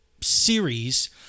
series